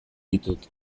ditut